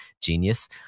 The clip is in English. Genius